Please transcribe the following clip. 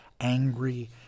angry